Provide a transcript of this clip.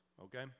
okay